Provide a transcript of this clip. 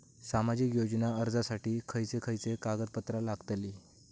सामाजिक योजना अर्जासाठी खयचे खयचे कागदपत्रा लागतली?